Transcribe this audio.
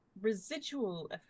residual